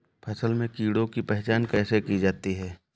फसल में कीड़ों की पहचान कैसे की जाती है?